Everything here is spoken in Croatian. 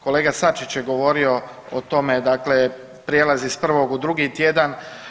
Kolega Sačić je govorio o tome, dakle prijelaz iz prvog u drugi tjedan.